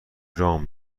رام